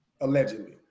Allegedly